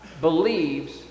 believes